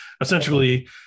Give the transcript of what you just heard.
essentially